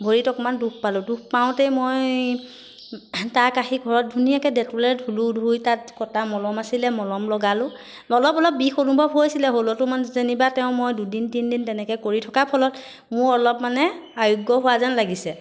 ভৰিত অকণমান দুখ পালোঁ দুখ পাওঁতে মই তাক আহি ঘৰত ধুনীয়াকৈ ডেটলে ধুলোঁ ধুই তাত কটা মলম আছিলে মলম লগালোঁ অলপ অলপ বিষ অনুভৱ হৈছিলে হ'লতো মান যেনিবা তেওঁ মই দুদিন তিনিদিন তেনেকৈ কৰি থকাৰ ফলত মোৰ অলপ মানে আৰোগ্য হোৱা যেন লাগিছে